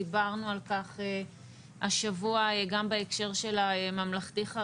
דיברנו על כך השבוע גם בהקשר של הממלכתי-חרדי,